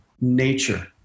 nature